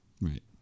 Right